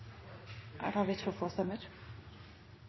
Eg har behov for berre å